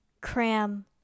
cram